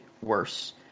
worse